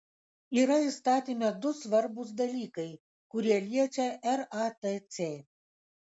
yra įstatyme du svarbūs dalykai kurie liečia ratc